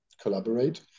collaborate